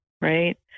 right